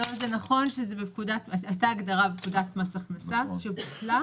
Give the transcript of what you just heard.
זה נכון שהייתה הגדרה בפקודת מס הכנסה, שבוטלה.